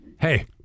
hey